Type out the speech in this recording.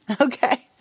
Okay